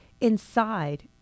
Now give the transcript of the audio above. inside